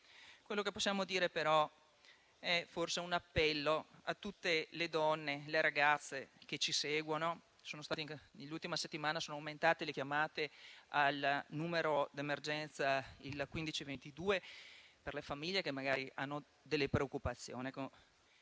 tutto. Possiamo però fare un appello a tutte le donne, alle ragazze che ci seguono. Nell'ultima settimana sono aumentate le chiamate al numero d'emergenza, al 1522, da parte delle famiglie che magari hanno delle preoccupazioni.